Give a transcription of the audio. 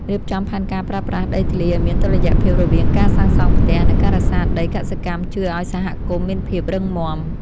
រៀបចំផែនការប្រើប្រាស់ដីធ្លីឱ្យមានតុល្យភាពរវាងការសាងសង់ផ្ទះ និង ការរក្សាដីកសិកម្មជួយឱ្យសហគមន៍មានភាពរឹងមាំ។